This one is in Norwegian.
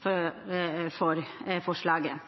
for forslaget.